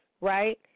Right